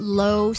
low